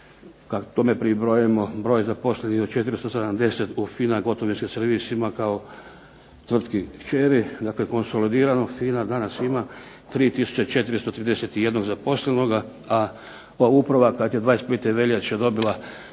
kad tome pribrojimo broj zaposlenih od 470 u FINA gotovinskim servisima kao tvrtki kćeri, dakle konsolidirano FINA danas ima 3431 zaposlenoga, a uprava kada je 25. veljače dobila